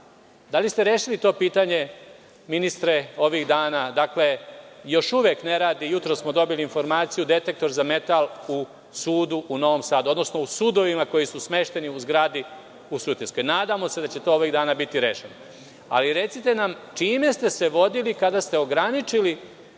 Da li ste rešili to pitanje ministre ovih dana? Dakle, još uvek ne radi. Jutros smo dobili informaciju detektor za metal u sudu u Novom Sadu, odnosno u sudovima koji su smešteni u zgradi u Sutjeskoj. Nadamo se da će to ovih dana biti rešeno. Recite nam čime ste se vodili kada ste ograničili